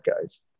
guys